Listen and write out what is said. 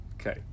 Okay